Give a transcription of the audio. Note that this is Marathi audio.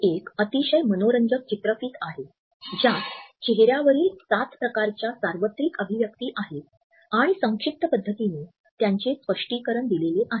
ही एक अतिशय मनोरंजक चित्रफित आहे ज्यात चेहऱ्यावरील सात प्रकारच्या सार्वत्रिक अभिव्यक्ति आहेत आणि संक्षिप्त पद्धतीने त्यांचे स्पष्टीकरण दिलेले आहे